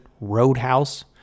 Roadhouse